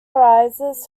arises